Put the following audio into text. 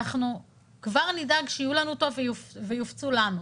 אנחנו כבר נדאג שיהיו לנו אותם ויופצו לנו.